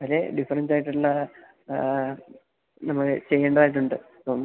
അങ്ങനെ ഡിഫറൻറ്റായിട്ടുള്ള നമ്മൾ ചെയ്യേണ്ടതായിട്ടുണ്ട് അപ്പം